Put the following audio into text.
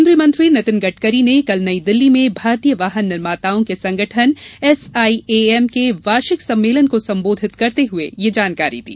केन्द्रीय मंत्री नितिन गडकरी ने कल नई दिल्ली में भारतीय वाहन निर्माताओं के संगठन एसआईएएम के वार्षिक सम्मेलन को संबोधित करते हुए यह जानकारी दी